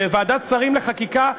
בוועדת שרים לחקיקה,